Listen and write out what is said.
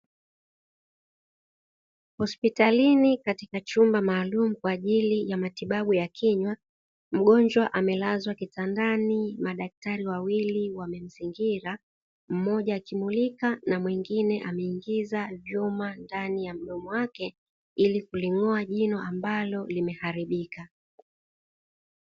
Hospitalini katika chumba maalumu kwa ajili ya matibabu ya kinywa, mgonjwa amelazwa kitandani madaktari wawili wamemzingira, mmoja akimulika na mwingine ameingiza vyuma ndani ya mdomo wake ili kuling'oa jino ambalo limeharibika.